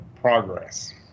progress